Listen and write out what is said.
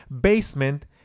Basement